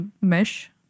mesh